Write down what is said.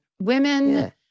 Women